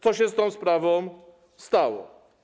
Co się z tą sprawą stało?